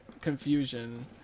confusion